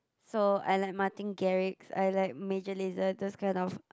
so I like Martin-Garrix I like Major-Laser those kind of